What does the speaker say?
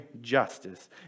justice